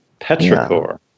petrichor